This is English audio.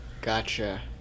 Gotcha